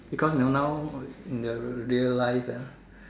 because now now in their real life ah